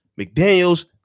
McDaniel's